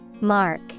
Mark